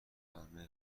همه